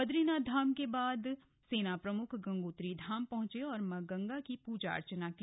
बदरीनाथ धाम के बाद सेना प्रमुख गंगोत्री धाम पहुंचे और मां गंगा की पूजा अर्चना की